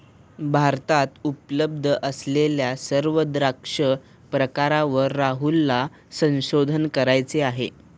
भारतात उपलब्ध असलेल्या सर्व द्राक्ष प्रकारांवर राहुलला संशोधन करायचे आहे